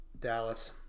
Dallas